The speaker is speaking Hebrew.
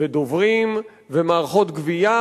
ודוברים ומערכות גבייה.